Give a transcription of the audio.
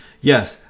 Yes